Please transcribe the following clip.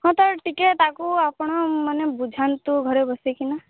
ହଁ ତ ଟିକେ ତାକୁ ଆପଣ ମାନେ ବୁଝାନ୍ତୁ ଘରେ ବସିକିନା